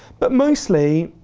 but mostly,